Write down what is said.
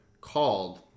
called